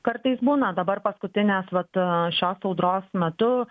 kartais būna dabar paskutinės vat šios audros metu